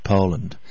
Poland